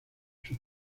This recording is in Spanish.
sus